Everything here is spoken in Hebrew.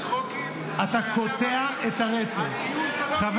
הצחוקים שאתה מריץ על גיוס או לא גיוס הם לא במקום -- חבר